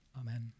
Amen